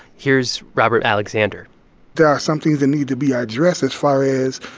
here's robert alexander there are some things that need to be ah addressed as far as